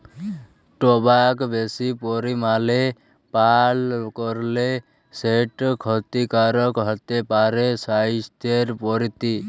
টবাক বেশি পরিমালে পাল করলে সেট খ্যতিকারক হ্যতে পারে স্বাইসথের পরতি